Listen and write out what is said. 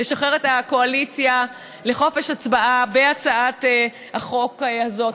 לשחרר את הקואליציה לחופש הצבעה בהצעת החוק הזאת.